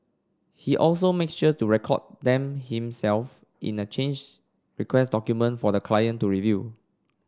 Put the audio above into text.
he also make sure to record them himself in a change request document for the client to review